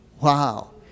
Wow